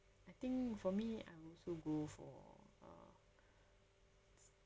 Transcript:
I think for me I will also go for uh